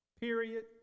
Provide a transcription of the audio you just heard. period